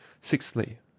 Sixthly